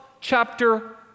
chapter